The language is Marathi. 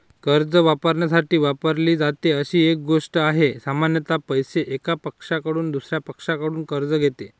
कर्ज वापरण्यासाठी वापरली जाते अशी एक गोष्ट आहे, सामान्यत पैसे, एका पक्षाकडून दुसर्या पक्षाकडून कर्ज घेते